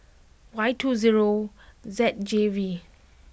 Y two zero Z J V